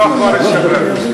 שלוש דקות לרשותך.